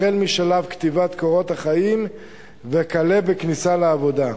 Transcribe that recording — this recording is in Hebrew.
החל משלב כתיבת קורות החיים וכלה בכניסה לעבודה,